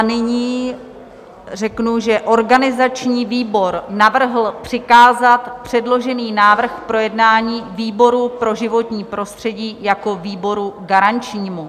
Nyní řeknu, že organizační výbor navrhl přikázat předložený návrh k projednání výboru pro životní prostředí jako výboru garančnímu.